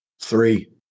Three